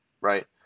Right